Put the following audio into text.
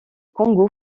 congo